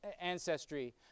ancestry